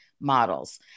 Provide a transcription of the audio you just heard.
models